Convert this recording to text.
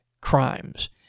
crimes